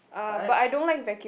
uh but I don't like vacuum